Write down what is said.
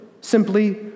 simply